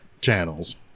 channels